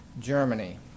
Germany